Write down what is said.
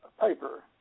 paper